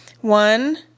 one